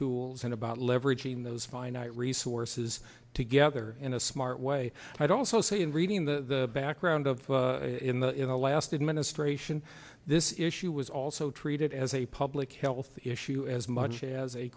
tools and about leveraging those finite resources together in a smart way i'd also say in reading the background of in the last administration this issue was also treated as a public health issue as much as a